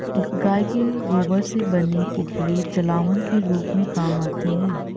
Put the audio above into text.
गाय के गोबर से बने उपले जलावन के रूप में काम आते हैं